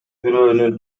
бирөөнүн